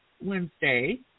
Wednesday